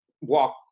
walk